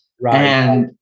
Right